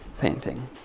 painting